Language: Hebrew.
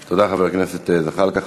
תודה, חבר הכנסת זחאלקה.